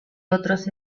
otros